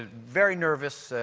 ah very nervous,